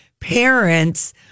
parents